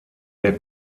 der